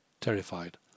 terrified